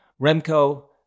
Remco